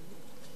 טוב יותר